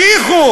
תמשיכו,